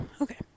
Okay